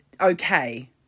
okay